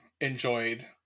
enjoyed